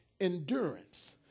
endurance